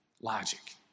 Logic